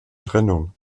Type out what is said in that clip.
trennung